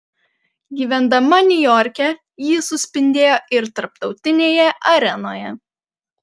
gyvendama niujorke ji suspindėjo ir tarptautinėje arenoje